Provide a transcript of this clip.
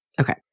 Okay